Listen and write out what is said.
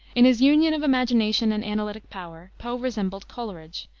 in his union of imagination and analytic power poe resembled coleridge,